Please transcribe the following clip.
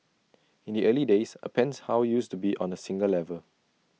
in the early days A penthouse used to be on A single level